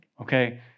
okay